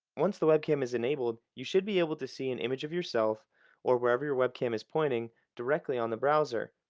once the webcam is enabled, you should be able to see an image of yourself or wherever your webcam is pointing, directly on the browser.